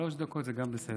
שלוש דקות זה גם בסדר.